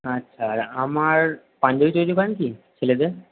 আচ্ছা আর আমার পাঞ্জাবি তৈরি করেন কি ছেলেদের